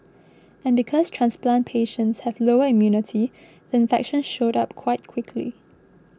and because transplant patients have lower immunity the infection showed up quite quickly